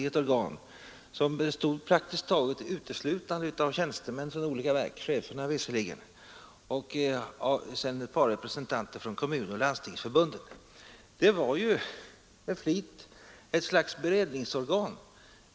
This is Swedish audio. Detta organ bestod då praktiskt taget uteslutande av tjänstemän, cheferna visserligen, från olika verk och ett par representanter för Kommunförbundet och Landstingsförbundet. Det var avsett att vara ett slags beredningsorgan.